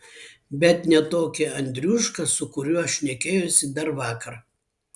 bet ne tokį andriušką su kuriuo šnekėjosi dar vakar